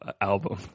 album